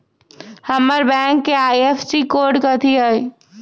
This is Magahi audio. हमर बैंक के आई.एफ.एस.सी कोड कथि हई?